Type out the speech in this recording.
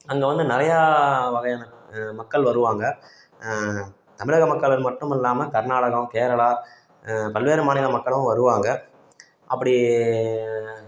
அங்கே வந்து நிறையா வகையான மக்கள் வருவாங்க தமிழக மக்கள் மட்டுமல்லாமல் கர்நாடகம் கேரளா பல்வேறு மாநில மக்களும் வருவாங்க அப்படி